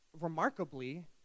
remarkably